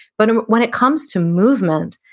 but um when it comes to movement,